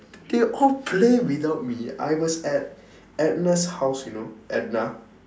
they all play without me I was at edna's house you know edna